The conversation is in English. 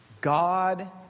God